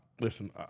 listen